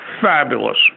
fabulous